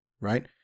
right